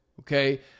okay